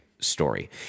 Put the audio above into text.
story